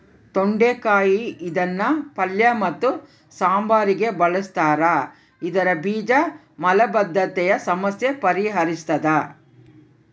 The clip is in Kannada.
ತೊಂಡೆಕಾಯಿ ಇದನ್ನು ಪಲ್ಯ ಮತ್ತು ಸಾಂಬಾರಿಗೆ ಬಳುಸ್ತಾರ ಇದರ ಬೀಜ ಮಲಬದ್ಧತೆಯ ಸಮಸ್ಯೆ ಪರಿಹರಿಸ್ತಾದ